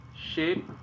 shape